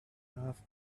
asked